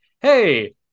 Hey